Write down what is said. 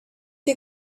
you